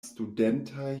studentaj